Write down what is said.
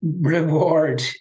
reward